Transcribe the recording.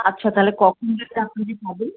আচ্ছা তাহলে কখন থেকে আপনি থাকবেন